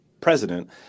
president